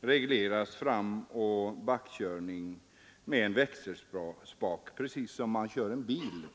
regleras framoch backkörning med en växelspak, precis som vid bilkörning.